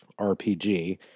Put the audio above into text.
RPG